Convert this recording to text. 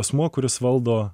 asmuo kuris valdo